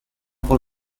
por